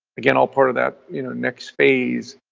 again, all part of that you know next phase,